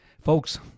Folks